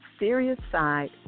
seriousside